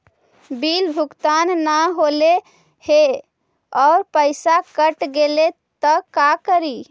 Bill भुगतान न हौले हे और पैसा कट गेलै त का करि?